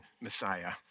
Messiah